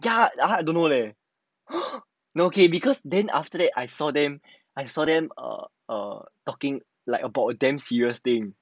ya I don't know leh no K because then after that I saw them I saw them err err talking like about a damn serious thing